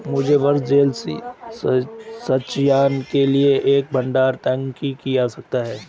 मुझे वर्षा जल संचयन के लिए एक भंडारण टैंक की आवश्यकता है